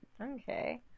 okay